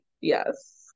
Yes